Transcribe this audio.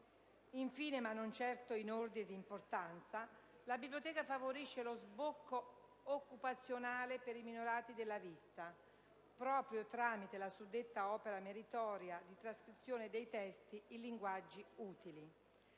Infine, ma non certo in ordine di importanza, la Biblioteca favorisce lo sbocco occupazionale per i minorati della vista, proprio tramite la suddetta opera meritoria di trascrizione dei testi in linguaggi utili.